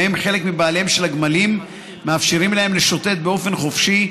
שבהם חלק מבעליהם של הגמלים מאפשרים להם לשוטט באופן חופשי,